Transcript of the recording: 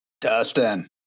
Dustin